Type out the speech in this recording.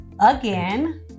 again